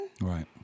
Right